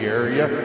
area